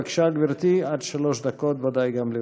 בבקשה, גברתי, עד שלוש דקות לרשותך.